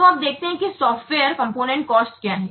तो अब देखते हैं कि सॉफ्टवेयर लागत घटक क्या हैं